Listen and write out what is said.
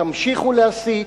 תמשיכו להסית,